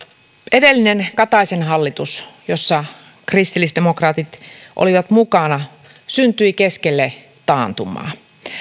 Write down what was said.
edellinen kataisen hallitus jossa kristillisdemokraatit olivat mukana syntyi keskelle taantumaa